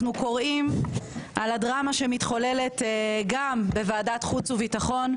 אנחנו קוראים על הדרמה שמתחוללת גם בוועדת חוץ וביטחון,